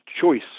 choice